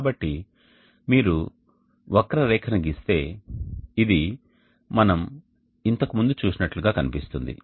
కాబట్టి మీరు వక్రరేఖను గీస్తే ఇది మనం ఇంతకు ముందు చూసినట్లుగా కనిపిస్తుంది